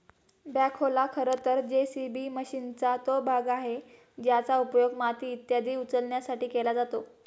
बॅखोला खरं तर जे.सी.बी मशीनचा तो भाग आहे ज्याचा उपयोग माती इत्यादी उचलण्यासाठी केला जातो